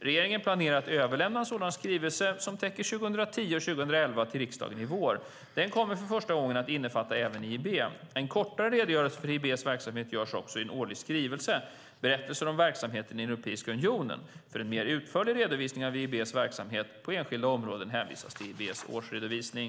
Regeringen planerar att överlämna en sådan skrivelse som täcker 2010 och 2011 till riksdagen i vår. Den kommer för första gången att innefatta även EIB. En kortare redogörelse för EIB:s verksamhet görs också i den årliga skrivelsen Berättelse om verksamheten i Europeiska unionen . För en mer utförlig redovisning av EIB:s verksamhet på enskilda områden hänvisas till EIB:s årsredovisning.